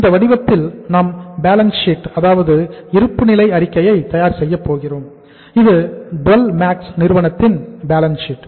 இந்த வடிவத்தில் நாம் பேலன்ஸ் சீட்